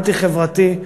אנטי-חברתי,